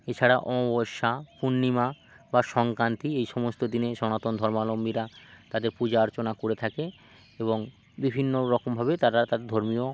এছাড়া অমাবস্যা পূর্ণিমা বা সংক্রান্তি এই সমস্ত দিনে সনাতন ধর্মালম্বীরা তাদের পূজা আর্চনা করে থাকে এবং বিভিন্ন রকমভাবে তারা তাদের ধর্মীয়